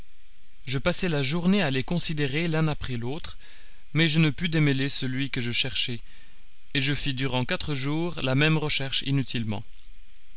je passai la journée à les considérer l'un après l'autre mais je ne pus démêler celui que je cherchais et je fis durant quatre jours la même recherche inutilement